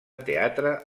teatre